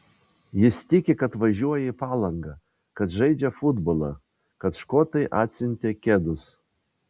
jis tiki kad važiuoja į palangą kad žaidžia futbolą kad škotai atsiuntė kedus